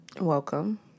welcome